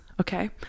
Okay